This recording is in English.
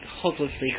hopelessly